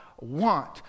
want